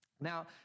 Now